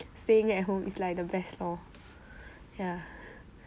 staying at home is like the best lor ya